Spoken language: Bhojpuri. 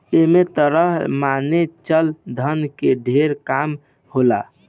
ऐमे तरल माने चल धन के ढेर काम होला